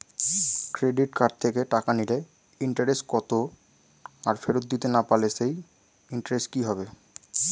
Credit card থেকে টাকা নিলে ইন্টারেস্ট কত আর ফেরত দিতে না পারলে সেই ইন্টারেস্ট কি হবে?